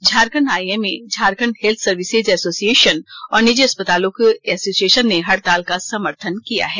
Jharkhand IMA Jharkhand health services association और निजी अस्पतालों के एसोसिएशन ने हड़ताल का समर्थन किया है